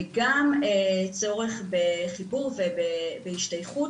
וגם צורך בחיבור ובהשתייכות,